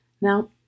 Now